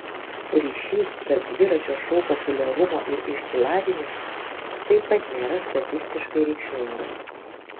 ryšys tarp dviračio šou populiarumo ir išsilavinimo taip pat nėra statistiškai reikšmingas